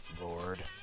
Lord